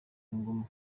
nguma